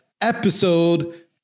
Episode